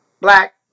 black